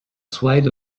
swayed